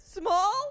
small